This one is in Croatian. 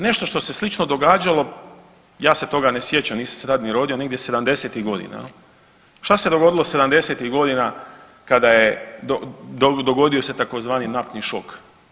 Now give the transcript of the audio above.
Nešto što se slično događalo, ja se toga ne sjećam, nisam se tad ni rodio, negdje '70.-tih godina jel, šta se dogodilo '70.-tih godina kada je dogodio se tzv. naftni šok?